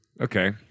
Okay